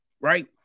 Right